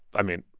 i mean,